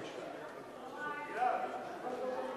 נמנעים.